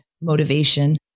motivation